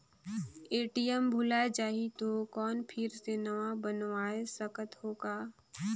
ATM भुलाये जाही तो कौन फिर से नवा बनवाय सकत हो का?